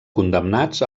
condemnats